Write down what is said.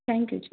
thank you ਜੀ